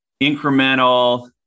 incremental